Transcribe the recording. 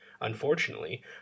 Unfortunately